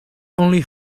only